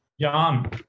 John